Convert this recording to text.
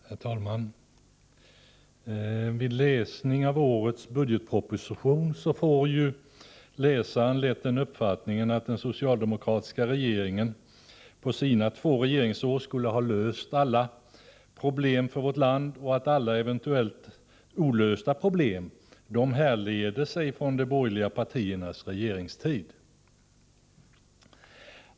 Herr talman! Vid läsning av årets budgetproposition får läsaren lätt den uppfattningen att den socialdemokratiska regeringen på sina två regeringsår skulle ha löst alla problem för vårt land och att alla eventuellt olösta problem härleder sig från de borgerliga partiernas regeringstid.